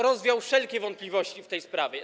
Rozwiał on wszelkie wątpliwości w tej sprawie.